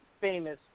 famous